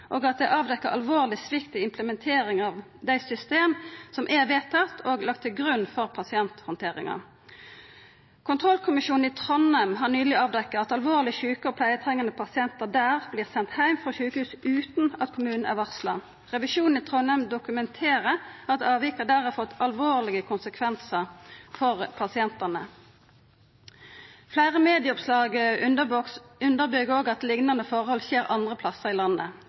og at det er avdekt alvorleg svikt i implementeringa av dei systema som er vedtatt og lagde til grunn for pasienthandteringa. Kontrollkommisjonen i Trondheim har nyleg avdekt at alvorleg sjuke og pleietrengjande pasientar der vert sende heim frå sjukehus utan at kommunen er varsla. Revisjonen i Trondheim dokumenterer at avvika der har fått alvorlege konsekvensar for pasientane. Fleire medieoppslag underbyggjer òg at liknande forhold skjer andre plassar i landet.